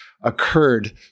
occurred